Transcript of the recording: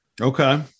Okay